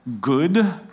good